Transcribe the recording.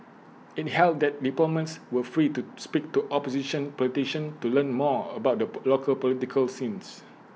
IT held that diplomats were free to speak to opposition politicians to learn more about the local political scene